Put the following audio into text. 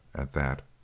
at that.